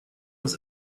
was